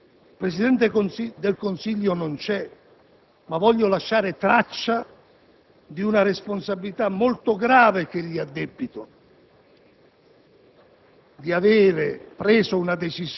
a tutto il Governo, perché è il Consiglio dei ministri che ha approvato le misure adottate contro il comandante della Guardia di finanza, e segnatamente